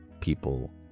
people